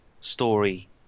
story